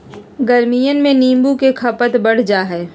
गर्मियन में नींबू के खपत बढ़ जाहई